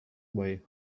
way